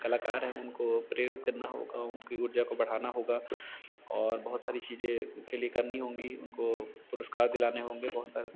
कलाकार हैं उनको प्रेरित करना होगा उनकी ऊर्जा को बढ़ाना होगा और बहुत सारी चीज़े उनके लिए करनी होगी उनको पुरस्कार दिलाने होंगे बहुत सारे